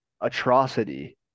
atrocity